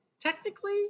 technically